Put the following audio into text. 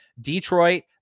Detroit